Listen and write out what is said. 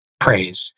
praise